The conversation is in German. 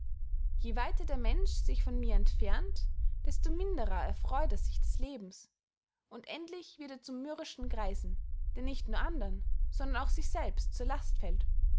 je weiter der mensch sich von mir entfernt desto minder erfreut er sich des lebens und endlich wird er zum mürrischen greisen der nicht nur andern sondern auch sich selbst zur last fällt